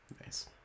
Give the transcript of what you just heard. Nice